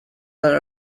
are